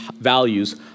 values